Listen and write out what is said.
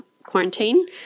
quarantine